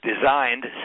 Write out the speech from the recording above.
designed